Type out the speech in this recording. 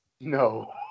No